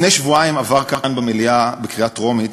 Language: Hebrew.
לפני שבועיים עבר כאן במליאה בקריאה טרומית